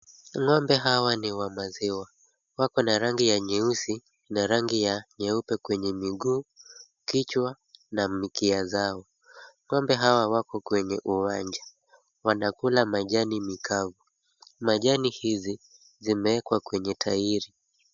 Ng'ombe hawa ni wa maziwa. Wako na rangi ya nyeusi na rangi ya nyeupe kwenye miguu, kichwa na mikia zao. Ng'ombe hawa wako kwenye uwanja. Wanakula majani mikavu. Majani hizi zimeekwa kwenye tairi.